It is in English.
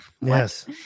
yes